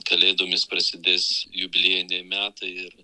kalėdomis prasidės jubiliejiniai metai ir